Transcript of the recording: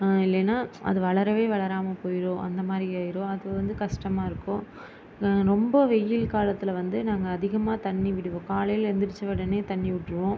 இல்லைன்னா அது வளரவே வளராமல் போயிடும் அந்த மாதிரி ஆயிடும் அது வந்து கஷ்டமாக இருக்கும் ரொம்ப வெயில் காலத்தில் வந்து நாங்கள் அதிகமாக தண்ணி விடுவோம் காலையில் எழுந்திரிச்சி உடனே தண்ணி விட்ருவோம்